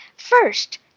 First